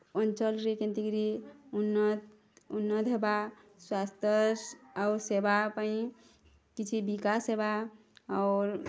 ଅଞ୍ଚଲ୍ରେ କେନ୍ତି କିରି ଉନ୍ନତ୍ ଉନ୍ନତ ହେବା ସ୍ବାସ୍ଥ୍ୟ ଆଉ ସେବା ପାଇଁ କିଛି ବିକାଶ ହେବା ଔର୍